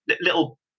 little